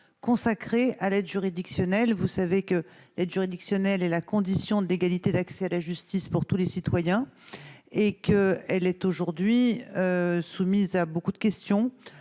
consacré à l'aide juridictionnelle, vous savez que l'aide juridictionnelle est la condition de l'égalité d'accès à la justice pour tous les citoyens et qu'elle est aujourd'hui soumise à beaucoup de questions,